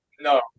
No